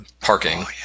parking